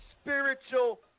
spiritual